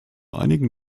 einigen